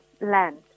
land